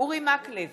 אורי מקלב,